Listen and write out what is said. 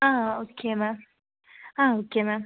okay ma'am okay ma'am